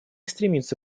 стремится